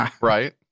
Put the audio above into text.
right